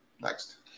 Next